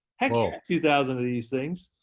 heck yeah, two thousand of these things.